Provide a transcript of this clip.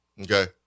Okay